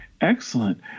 Excellent